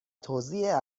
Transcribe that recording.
توزیع